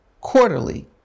quarterly